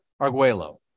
Arguello